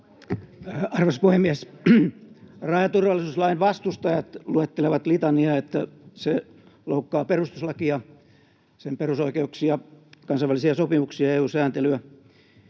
Arvoisa puhemies! Rajaturvallisuuslain vastustajat luettelevat litaniaa, että se loukkaa perustuslakia, sen perusoikeuksia, kansainvälisiä sopimuksia ja EU-sääntelyä.